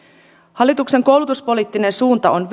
hallituksen koulutuspoliittinen suunta on